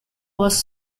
was